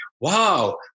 Wow